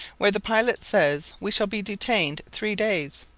where the pilot says we shall be detained three days.